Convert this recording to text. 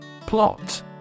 Plot